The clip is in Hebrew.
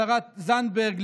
השרה זנדברג,